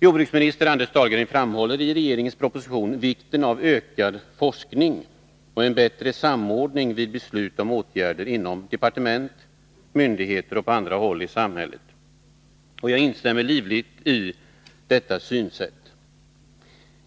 Jordbruksminister Anders Dahlgren framhåller i regeringens proposition vikten av ökad forskning och en bättre samordning vid beslut om åtgärder inom departement, myndigheter och på andra håll i samhället. Jag instämmer livligt i detta synsätt.